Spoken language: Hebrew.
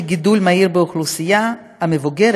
של גידול מהיר באוכלוסייה המבוגרת,